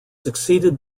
succeeded